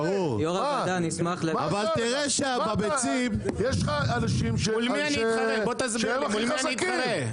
יש לך אנשים שהם הכי חזקים.